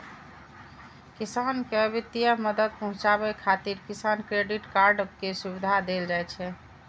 किसान कें वित्तीय मदद पहुंचाबै खातिर किसान क्रेडिट कार्ड के सुविधा देल जाइ छै